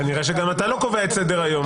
כנראה שגם אתה לא קובע את סדר היום.